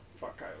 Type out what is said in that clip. fuck